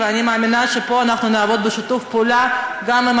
ואני מאמינה שפה נעבוד בשיתוף פעולה גם עם